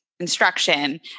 Instruction